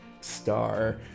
star